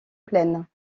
plaine